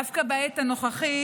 דווקא בעת הנוכחית,